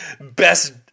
Best